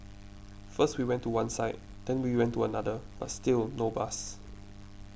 first we went to one side then we went to another but still no bus